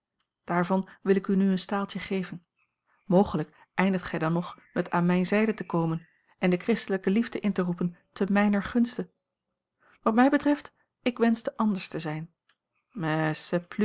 daarvan wil ik u nu een staaltje geven mogelijk eindigt gij dan nog met aan mijne zijde te komen en de christelijke liefde in te roepen te mijner gunste wat mij betreft ik wenschte anders te zijn